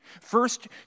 First